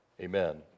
amen